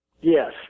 Yes